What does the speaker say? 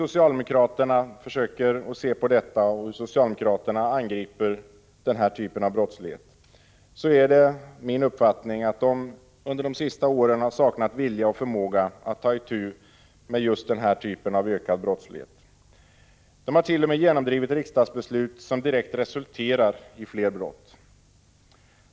Enligt min uppfattning har socialdemokraterna under de senaste åren visat sig sakna vilja och förmåga att ta itu med den ökade brottsligheten. De har t.o.m. genomdrivit riksdagsbeslut som direkt resulterat i fler brott.